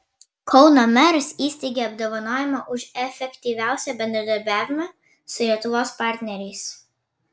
kauno meras įsteigė apdovanojimą už efektyviausią bendradarbiavimą su lietuvos partneriais